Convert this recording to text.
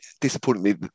disappointingly